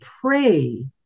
pray